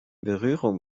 berührungen